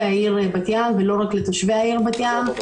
העיר בת ים ולא רק לתושבי העיר בת ים,